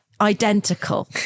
identical